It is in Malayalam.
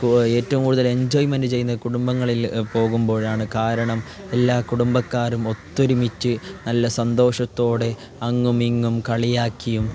ഏറ്റവും കൂടുതൽ എൻജോയ്മെൻറ്റ് ചെയ്യുന്നത് കുടുംബങ്ങളിൽ പോകുമ്പോഴാണ് കാരണം എല്ലാ കുടുംബക്കാരും ഒത്തൊരുമിച്ച് നല്ല സന്തോഷത്തോടെ അങ്ങും ഇങ്ങും കളിയാക്കിയും